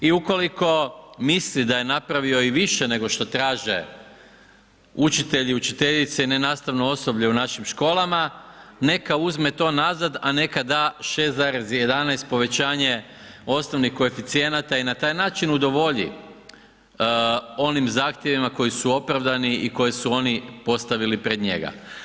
I ukoliko misli da je napravio i više nego što traže učitelji i učiteljice i nenastavno osoblje u našim školama, neka uzme to nazad, a neka da 6,11 povećanje osnovnih koeficijenata i na taj način udovolji onim zahtjevima koji su opravdani i koje su oni postavili pred njega.